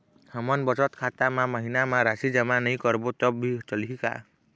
हमन बचत खाता मा महीना मा राशि जमा नई करबो तब भी चलही का?